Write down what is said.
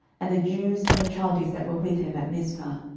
and the jews and the chaldees that were with him at mizpah.